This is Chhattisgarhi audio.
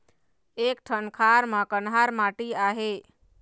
एक ठन खार म कन्हार माटी आहे?